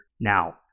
Now